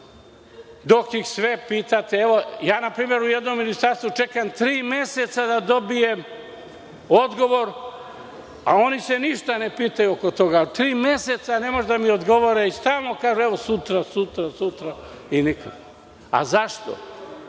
dok ih sve pitate…Na primer, u jednom ministarstvu čekam tri meseca da dobijem odgovor, a oni se ništa ne pitaju oko toga, ali tri meseca ne mogu da mi odgovore i stalno kažu evo sutra, sutra, sutra i nikako. Zato